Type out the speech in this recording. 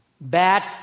bad